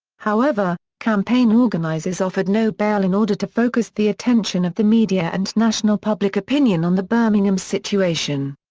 however, campaign organizers offered no bail in order to focus the attention of the media and national public opinion on the birmingham situation.